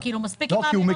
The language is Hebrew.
מספיק עם האמירות האלה.